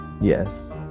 Yes